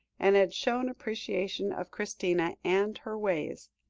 and had shown appreciation of christina and her ways.